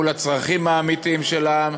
מול הצרכים האמיתיים של העם.